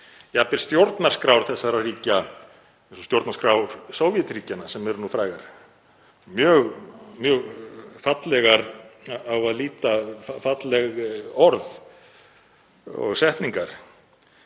Jafnvel stjórnarskrár þessara ríkja, eins og stjórnarskrár Sovétríkjanna sem eru nú fræg, eru mjög fallegar á að líta, falleg orð og setningar